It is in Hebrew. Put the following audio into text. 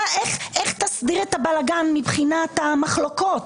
איך תסדיר את הבלגן מבחינת המחלוקות?